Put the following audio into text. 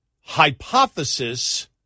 hypothesis